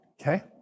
Okay